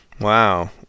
Wow